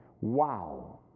Wow